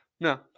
No